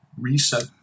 reset